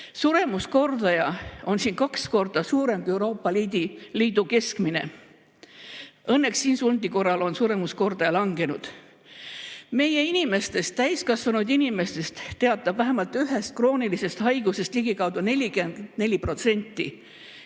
Suremuskordaja on siin kaks korda suurem kui Euroopa Liidu keskmine. Õnneks insuldi korral on suremuskordaja langenud. Meie inimestest, täiskasvanud inimestest teatab vähemalt ühest kroonilisest haigusest ligikaudu 44%,